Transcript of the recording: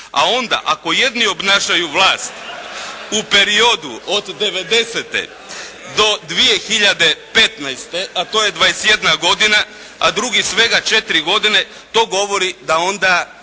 A onda ako jedni obnašaju vlast u periodu od 90. do 2015. a to je 21 godina, a drugi svega četiri godine, to govori da onda